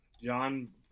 john